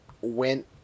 went